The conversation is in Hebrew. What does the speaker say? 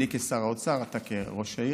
אני כשר אוצר, אתה כראש עיר.